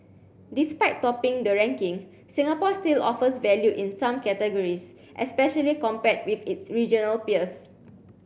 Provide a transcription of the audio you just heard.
despite topping the ranking Singapore still offers value in some categories especially compared with its regional peers